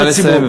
נא לסיים.